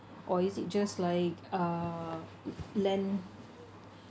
or is it just like uh land